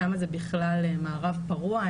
שם זה בכלל מערב פרוע.